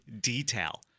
detail